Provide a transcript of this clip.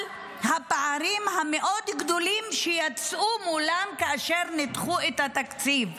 הפערים הגדולים מאוד שיצאו מול כולם כאשר ניתחו את התקציב,